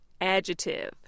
Adjective